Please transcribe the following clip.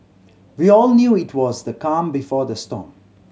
we all knew it was the calm before the storm